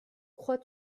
crois